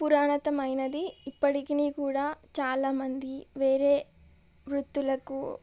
పురాతనమైనది ఇప్పటికి కూడా చాలామంది వేరే వృత్తులకు